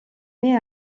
met